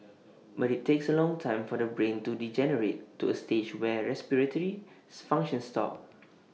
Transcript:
but IT takes A long time for the brain to degenerate to A stage where respiratory functions stop